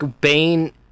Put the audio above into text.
Bane